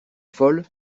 folle